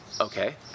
okay